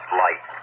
light